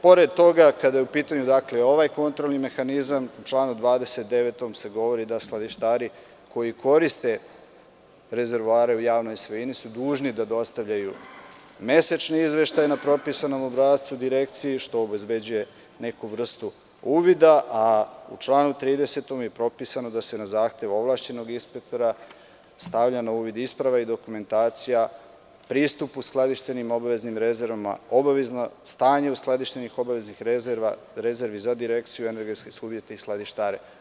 Pored toga, kada je u pitanju ovaj kontrolni mehanizam, u članu 29. se govori da skladištari koji koriste rezervoare u javnoj svojini su dužni da dostave mesečne izveštaje na propisanom obrascu Direkciji, što obezbeđuje neku vrstu uvida, a u članu 30. je propisano da se na zahtev ovlašćenog inspektora stavlja na uvid isprava i dokumentacija, pristup uskladištenim obaveznim rezervama, stanje uskladištenih rezervi za Direkciju, energetske subjekte i skladištare.